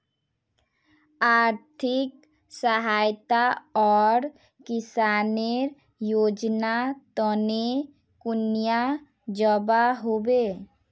आर्थिक सहायता आर किसानेर योजना तने कुनियाँ जबा होबे?